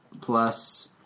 plus